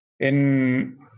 en